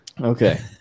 Okay